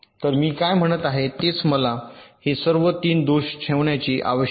तर मी काय म्हणत आहे तेच मला हे सर्व 3 दोष ठेवण्याची आवश्यकता आहे